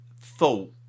thought